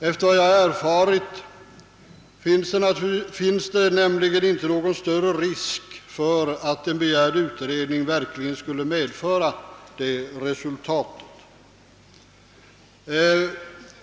Enligt vad jag erfarit föreligger nämligen inte någon risk för att en begärd utredning verkligen skulle medföra det resultatet.